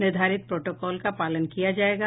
निर्धारित प्रोटोकॉल का पालन किया जाएगा